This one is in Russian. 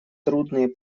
трудные